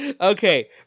Okay